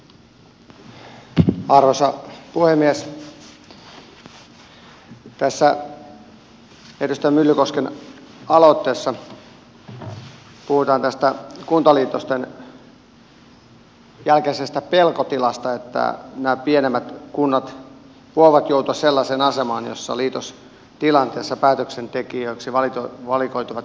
tässä edustaja myllykosken aloitteessa puhutaan tästä kuntaliitosten jälkeisestä pelkotilasta että nämä pienemmät kunnat voivat joutua sellaiseen asemaan jossa liitostilanteessa päätöksentekijöiksi valikoituvat nämä suuret kunnat